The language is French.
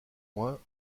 points